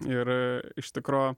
ir iš tikro